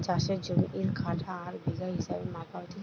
চাষের জমি কাঠা আর বিঘা হিসেবে মাপা হতিছে